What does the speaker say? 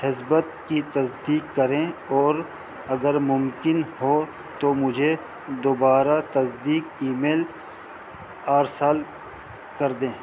نسبت کی تصدیق کریں اور اگر ممکن ہو تو مجھے دوبارہ تصدیق ای میل ارسال کر دیں